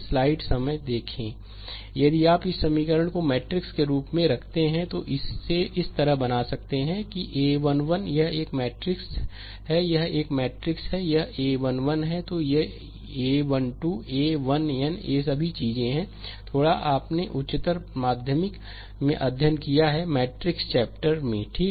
slide समय देखें 0211 यदि आप इस समीकरण को मैट्रिक्स के रूप में रखते हैं तो इसे इस तरह बना सकते हैं कि a1 1 यह एक मैट्रिक्स है यह एक मैट्रिक्स है यहa 1 1 है तो a1 2a 1n ये सभी चीजें हैं थोड़ा आपने उच्चतर माध्यमिक में अध्ययन किया है मैट्रिक्स चैप्टर में ठीक